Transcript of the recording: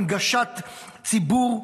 הנגשה לציבור,